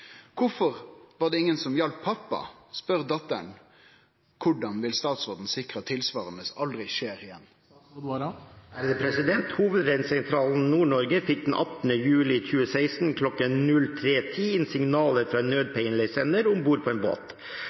var det ingen som hjalp pappa?», spør datteren. Hvordan vil statsråden sikre at tilsvarende aldri skjer igjen?» Hovedredningssentralen Nord-Norge fikk den 18. juli 2016 kl. 03.10 inn signaler fra en nødpeilesender om bord på en båt.